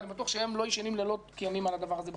ואני בטוח שהם עושים לילות כימים על הדבר הזה בחמ"ד,